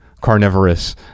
carnivorous